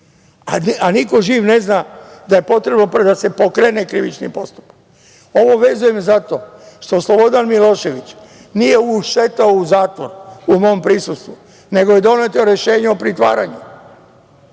a niko živ ne zna da je potrebno da se pokrene krivični postupak. Ovo vezujem zato što Slobodan Milošević nije ušetao u zatvor u mom prisustvu, nego je doneto rešenje o pritvaranju.